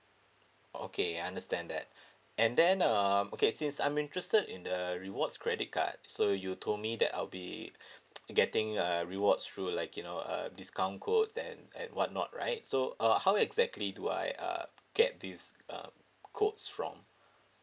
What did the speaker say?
okay I understand that and then um okay since I'm interested in the rewards credit card so you told me that I'll be getting a rewards through like you know uh discount code then and what not right so uh how exactly do I uh get this uh codes from